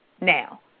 now